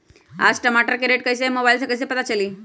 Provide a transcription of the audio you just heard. आज टमाटर के रेट कईसे हैं मोबाईल से कईसे पता चली?